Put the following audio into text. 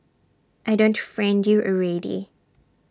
I don't friend you already